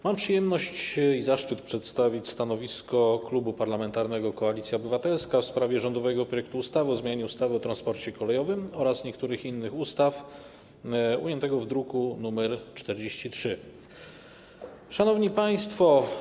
Mam przyjemność i zaszczyt przedstawić stanowisko Klubu Parlamentarnego Koalicja Obywatelska w sprawie rządowego projektu ustawy o zmianie ustawy o transporcie kolejowym oraz niektórych innych ustaw, druk nr 43. Szanowni Państwo!